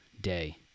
day